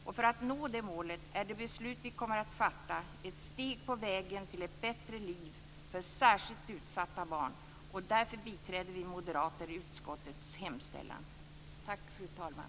Det beslut som vi kommer att fatta blir ett steg på vägen mot ett bättre liv för särskilt utsatta barn. Därför biträder vi moderater utskottets hemställan. Tack, fru talman!